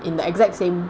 in the exact same